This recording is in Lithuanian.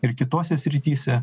ir kitose srityse